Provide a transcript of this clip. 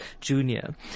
junior